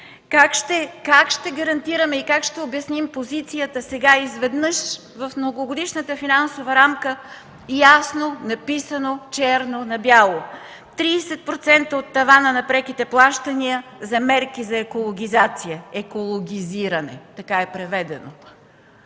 Как ще гарантираме и как ще обясним позицията сега изведнъж в Многогодишната финансова рамка ясно написано черно на бяло – 30% от тавана на преките плащания за мерки за екологизация. Екологизиране – така е преведено.